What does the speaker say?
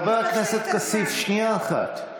חבר הכנסת כסיף, שנייה אחת.